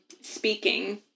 speaking